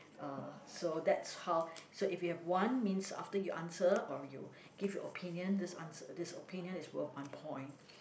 uh so that's how so if you have one means after you answer or you give your opinion this answer this opinion is worth one point